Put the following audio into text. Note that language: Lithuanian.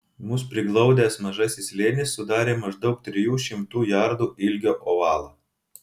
mus priglaudęs mažasis slėnis sudarė maždaug trijų šimtų jardų ilgio ovalą